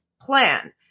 plan